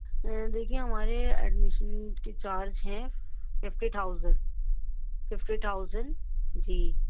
دیکھئے ہمارے ایڈمیشن کے چارج ہیں ففٹی ٹھاؤزنڈ ففٹی ٹھاؤزنڈ جی